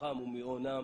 מכוחם ומאונם